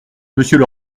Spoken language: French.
monsieur